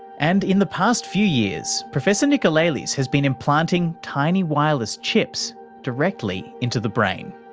and in the past few years, professor nicolelis has been implanting tiny wireless chips directly into the brain.